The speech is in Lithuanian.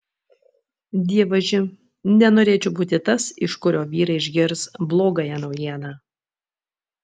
dievaži nenorėčiau būti tas iš kurio vyrai išgirs blogąją naujieną